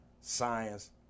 science